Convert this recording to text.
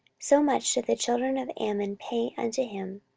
so much did the children of ammon pay unto him,